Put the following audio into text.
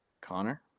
Connor